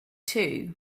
too